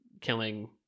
killing